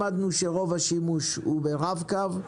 למדנו שרוב השימוש הוא ברב קו,